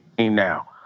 now